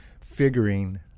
figuring